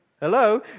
hello